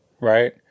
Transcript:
right